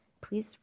Please